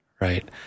Right